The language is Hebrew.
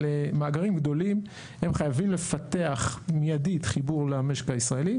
מאגרים גדולים הם חייבים לפתח מיידית חיבור למשק הישראלי